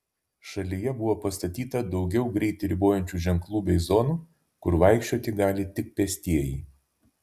šalyje buvo pastatyta daugiau greitį ribojančių ženklų bei zonų kur vaikščioti gali tik pėstieji